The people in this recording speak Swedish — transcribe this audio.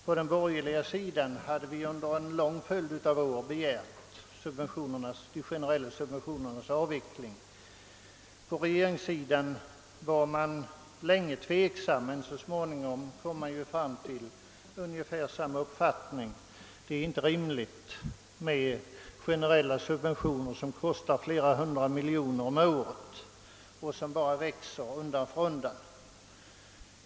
På den borgerliga sidan hade vi under en följd av år krävt detta. Regeringen ställde sig länge tveksam men kom så småningom fram till ungefär samma uppfattning. Det är inte rimligt att ha generella subventioner som kostar flera hundra miljoner kronor om året och undan för undan bara växer.